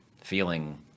feeling